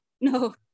no